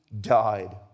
died